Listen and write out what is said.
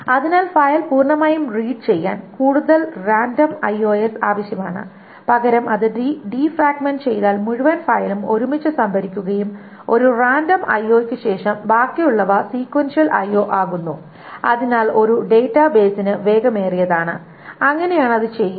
അതിനാൽ ഫയൽ പൂർണ്ണമായും റീഡ് ചെയ്യാൻ കൂടുതൽ റാൻഡം IOs Random IOs ആവശ്യമാണ് പകരം അത് ഡിഫ്രാഗ്മെന്റ് ചെയ്താൽ മുഴുവൻ ഫയലും ഒരുമിച്ച് സംഭരിക്കുകയും ഒരു റാൻഡം IO Random IO യ്ക്ക് ശേഷം ബാക്കിയുള്ളവ സീകൻഷ്യൽ IO Sequential IO ആകുന്നു അതിനാൽ അത് ഒരു ഡാറ്റാബേസിന് വേഗമേറിയതാണ് അങ്ങനെയാണ് അത് ചെയ്യുന്നത്